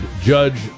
judge